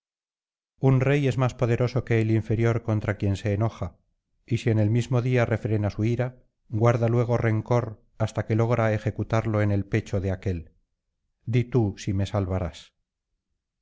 un rey es más poderoso que el inferior contra quien se enoja y si en el mismo día refrena su ira guarda luego rencor hasta que logra ejecutarlo en el pecho de aquél di tií si me salvarás